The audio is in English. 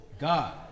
God